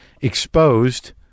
exposed